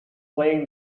playing